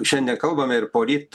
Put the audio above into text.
šiandie kalbame ir poryt